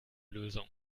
lösung